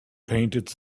painted